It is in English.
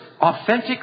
authentic